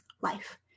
life